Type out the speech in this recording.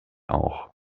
auch